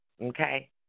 okay